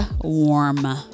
warm